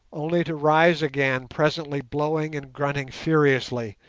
only to rise again presently blowing and grunting furiously,